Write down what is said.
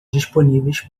disponíveis